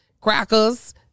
crackers